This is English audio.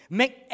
make